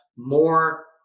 more